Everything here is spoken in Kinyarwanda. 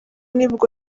nibwo